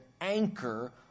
anchor